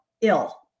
ill